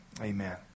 Amen